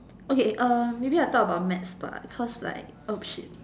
okay uh maybe I talk about maths bah cause like oh shit